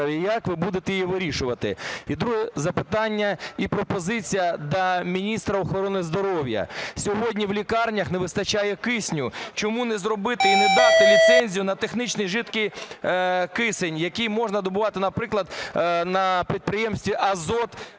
як ви будете її вирішувати. І друге запитання і пропозиція до міністра охорони здоров'я. Сьогодні в лікарнях не вистачає кисню, чому не зробити і не дати ліцензію на технічний жидкий кисень, який можна добувати, наприклад, на підприємстві "Азот"